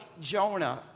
Jonah